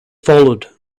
followed